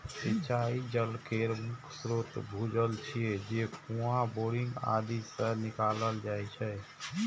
सिंचाइ जल केर मुख्य स्रोत भूजल छियै, जे कुआं, बोरिंग आदि सं निकालल जाइ छै